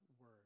word